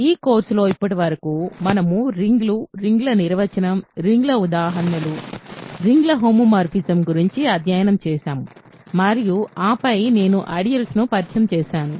ఈ కోర్సులో ఇప్పటివరకు మనము రింగ్లు రింగ్ల నిర్వచనం రింగ్ల ఉదాహరణలు రింగ్ల హోమోమార్ఫిజం గురించి అధ్యయనం చేసాము మరియు ఆపై నేను ఐడియల్స్ ను పరిచయం చేసాను